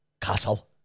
Castle